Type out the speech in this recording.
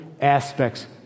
aspects